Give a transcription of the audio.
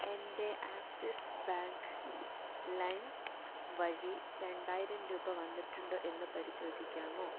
എൻ്റെ Axis Bank ലൈം വഴി രണ്ടായിരം രൂപ വന്നിട്ടുണ്ടോ എന്ന് പരിശോധിക്കാമോ